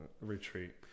retreat